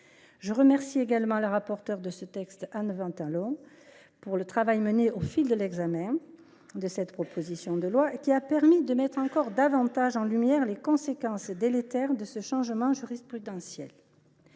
Je remercie également la rapporteure de ce texte, Anne Ventalon, pour le travail mené au fil de l’examen de cette proposition de loi, qui a permis de mettre encore davantage en lumière les conséquences délétères de ce changement jurisprudentiel.